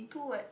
two words